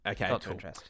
Okay